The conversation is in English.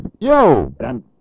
Yo